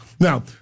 Now